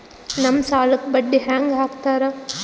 ನಮ್ ಸಾಲಕ್ ಬಡ್ಡಿ ಹ್ಯಾಂಗ ಹಾಕ್ತಾರ?